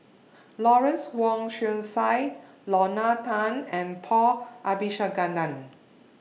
Lawrence Wong Shyun Tsai Lorna Tan and Paul Abisheganaden